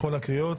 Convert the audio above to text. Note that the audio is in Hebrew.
בכל הקריאות.